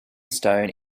stone